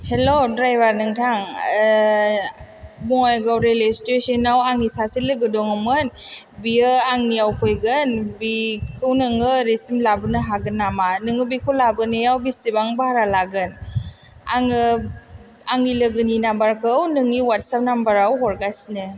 hello driver नोंथां Bongaigaon railway station आव आंनि सासे लोगो दङमोन बेयो आंनियाव फैगोन बिखौ नोङो ओरैसिम लाबोनो हागोन नामा नोङो बेखौ लाबोनायाव बेसेबां बाह्रा लागोन आङो आंनि लोगोनि नाम्बारखौ नोंनि वाटसाब नाम्बारआव हरगासिनो